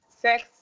sex